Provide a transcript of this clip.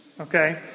okay